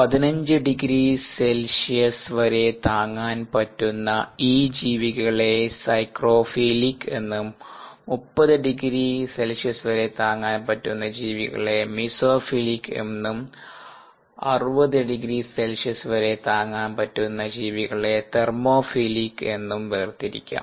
15 degree c വരെ താങ്ങാൻ പറ്റുന്ന ഈ ജീവികളെ സൈക്റോ ഫീലിക് എന്നും 30 degree c വരെ താങ്ങാൻ പറ്റുന്ന ജീവികളെ മീസോഫീലിക് എന്നും 60 degree c വരെ താങ്ങാൻ പറ്റുന്ന ജീവികളെതെർമോഫീലിക് എന്നും വേർതിരിക്കാം